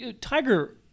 Tiger